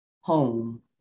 home